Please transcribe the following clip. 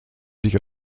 sich